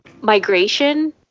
migration